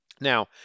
Now